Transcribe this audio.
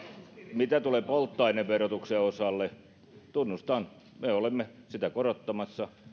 mitä tulee polttoaineverotukseen tunnustan me olemme sitä korottamassa